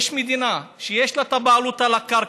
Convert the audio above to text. אם יש מדינה שיש לה את הבעלות על הקרקע,